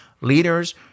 leaders